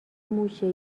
موشه